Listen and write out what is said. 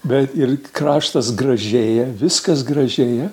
bet ir kraštas gražėja viskas gražėja